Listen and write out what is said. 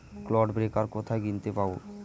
Clod breaker কোথায় কিনতে পাব?